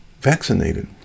vaccinated